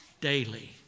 daily